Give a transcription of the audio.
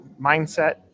mindset